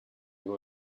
who